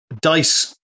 dice